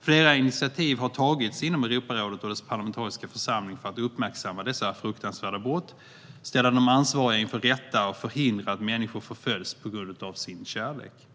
Flera initiativ har tagits inom Europarådet och dess parlamentariska församling för att uppmärksamma dessa fruktansvärda brott, ställa de ansvariga inför rätta och förhindra att människor förföljs på grund av sin kärlek.